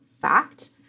fact